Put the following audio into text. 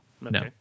No